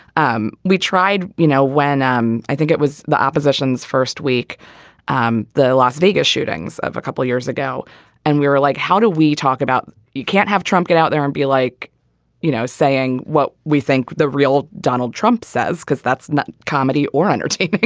um we tried. you know when um i think it was the opposition's first week on the las vegas shootings of a couple of years ago and we were like how do we talk about. you can't have trump get out there and be like you know saying what we think the real donald trump says because that's not comedy or undertake. and